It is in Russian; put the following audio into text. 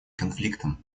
конфликтам